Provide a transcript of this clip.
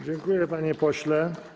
Dziękuję, panie pośle.